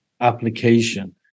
application